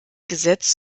gesetz